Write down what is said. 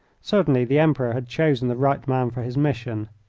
certainly, the emperor had chosen the right man for his mission.